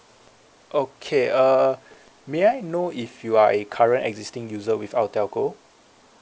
okay uh may I know if you are a current existing user with our telco